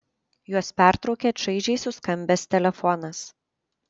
juos pertraukė čaižiai suskambęs telefonas